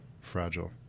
fragile